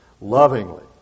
lovingly